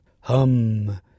Hum